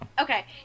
Okay